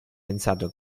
pensato